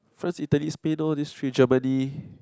France Italy Spain all these three Germany